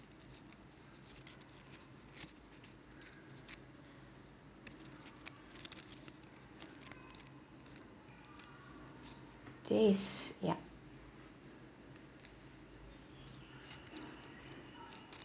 today is yup